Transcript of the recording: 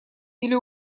или